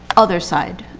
other side,